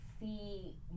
see